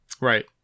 Right